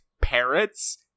parrots